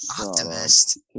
Optimist